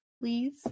please